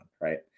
right